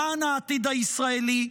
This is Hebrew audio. למען העתיד הישראלי,